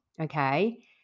okay